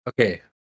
Okay